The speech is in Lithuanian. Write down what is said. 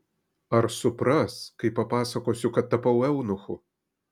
ar supras kai papasakosiu kad tapau eunuchu